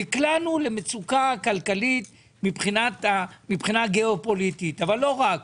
נקלענו למצוקה כלכלית גיאופוליטית אבל לא רק.